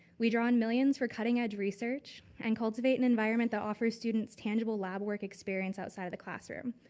we're drawing millions for cutting edge research and cultivate an environment that offer students tangible lab work experience outside of the classroom.